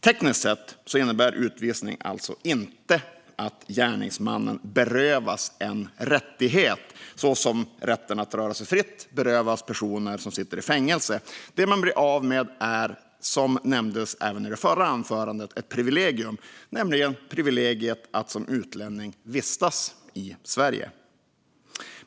Tekniskt sett innebär utvisning alltså inte att gärningsmannen berövas en rättighet, såsom rätten att röra sig fritt berövas personer som sitter i fängelse. Det man blir av med är, som nämndes även i det förra anförandet, ett privilegium, nämligen privilegiet att som utlänning vistas i Sverige.